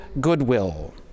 goodwill